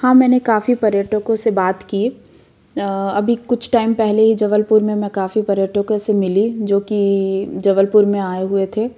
हाँ मैंने काफ़ी पर्यटकों से बात की अभी कुछ टाइम पहले ही जबलपुर में मैं काफ़ी पर्यटकों से मिली जो कि जबलपुर में आए हुए थे